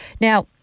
Now